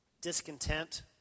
Discontent